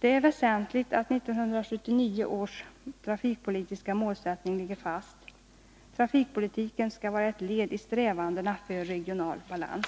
Det är väsentligt att 1979 års trafikpolitiska målsättning ligger fast. Trafikpolitiken skall vara ett led i strävandena att uppnå regional balans.